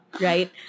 right